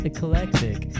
Eclectic